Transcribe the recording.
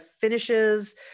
finishes